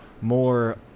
more